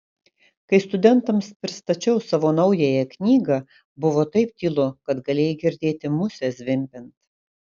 kai studentams pristačiau savo naująją knygą buvo taip tylu kad galėjai girdėti musę zvimbiant